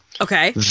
Okay